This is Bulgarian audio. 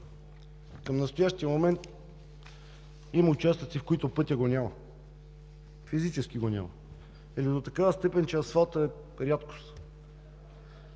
Към настоящия момент има участъци, в които пътя го няма, физически го няма или до такава степен, че асфалтът е рядкост.